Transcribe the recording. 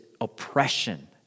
oppression